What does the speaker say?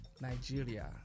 Nigeria